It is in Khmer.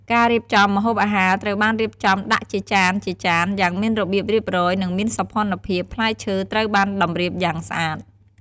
ការរៀបចំ ម្ហូបអាហារត្រូវបានរៀបចំដាក់ជាចានៗយ៉ាងមានរបៀបរៀបរយ និងមានសោភ័ណភាព ផ្លែឈើត្រូវបានតម្រៀបយ៉ាងស្អាត។